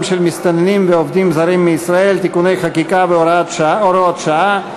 של מסתננים ועובדים זרים אחרים מישראל (תיקוני חקיקה והוראות שעה),